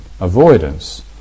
avoidance